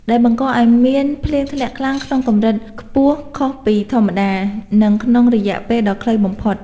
ដែលបង្កឱ្យមានភ្លៀងធ្លាក់ខ្លាំងក្នុងកម្រិតខ្ពស់ខុសពីធម្មតា និងក្នុងរយៈពេលដ៏ខ្លីបំផុត។